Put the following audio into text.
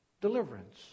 Deliverance